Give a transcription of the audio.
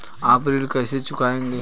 आप ऋण कैसे चुकाएंगे?